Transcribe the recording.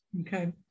Okay